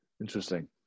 Interesting